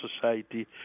society